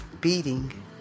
beating